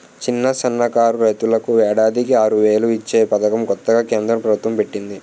చిన్న, సన్నకారు రైతులకు ఏడాదికి ఆరువేలు ఇచ్చే పదకం కొత్తగా కేంద్ర ప్రబుత్వం పెట్టింది